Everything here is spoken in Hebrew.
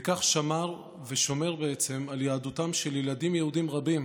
וכך שמר ושומר על יהדותם של ילדים יהודים רבים